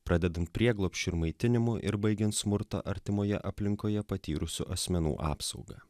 pradedant prieglobsčiu ir maitinimu ir baigiant smurtą artimoje aplinkoje patyrusių asmenų apsaugą